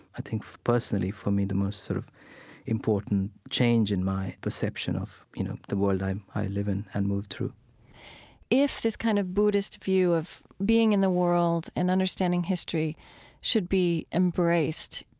i think, personally for me, the most sort of important change in my perception of, you know, the world i live in and move through if this kind of buddhist view of being in the world and understanding history should be embraced,